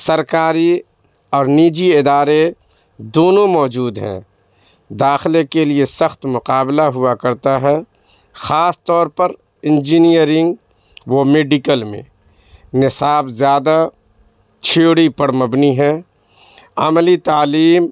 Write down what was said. سرکاری اور نجی ادارے دونوں موجود ہیں داخلے کے لیے سخت مقابلہ ہوا کرتا ہے خاص طور پر انجینئرنگ و میڈیکل میں نصاب زیادہ چھیوڑی پر مبنی ہے عملی تعلیم